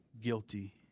guilty